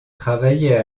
travaillait